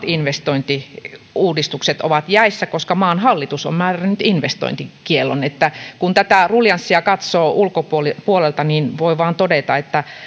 investointiuudistukset ovat jäissä koska maan hallitus on määrännyt investointikiellon kun tätä ruljanssia katsoo ulkopuolelta niin voi vain todeta että